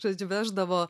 žodžiu veždavo